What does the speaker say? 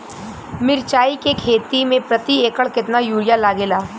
मिरचाई के खेती मे प्रति एकड़ केतना यूरिया लागे ला?